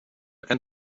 and